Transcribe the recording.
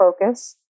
focus